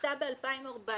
שנעשה ב-2014